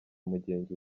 mugenzi